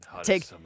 take